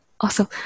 Awesome